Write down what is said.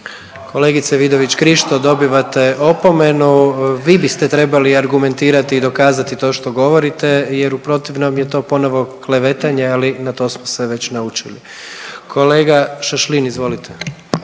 Kolegice Vidović Krišto, dobivate opomenu, vi biste trebali argumentirati i dokazati to što govorite jer u protivnom je to ponovno klevetanje, ali na to smo se već naučili. Kolega Šašlin izvolite.